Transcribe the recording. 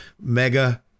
mega